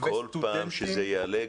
כל פעם שזה יעלה,